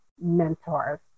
mentors